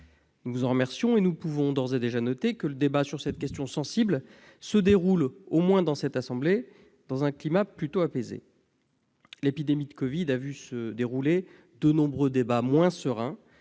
Nous vous en remercions et nous pouvons d'ores et déjà noter que le débat sur cette question sensible se déroule, du moins dans cette assemblée, dans un climat plutôt apaisé. Depuis le début de l'épidémie de Covid-19, nous avons eu de nombreux débats moins sereins.